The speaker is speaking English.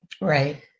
Right